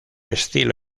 estilo